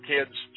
Kids